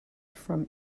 from